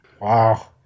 Wow